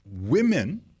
women